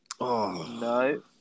no